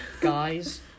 Guys